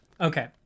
Okay